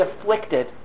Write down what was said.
afflicted